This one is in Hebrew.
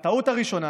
הטעות הראשונה